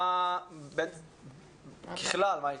ככלל,